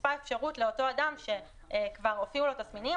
נוספה האפשרות לאותו אדם, שכבר הופיעו לו תסמינים